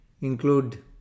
include